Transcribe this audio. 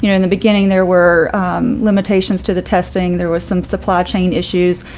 you know in the beginning, there were limitations to the testing, there was some supply chain issues,